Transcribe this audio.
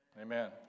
Amen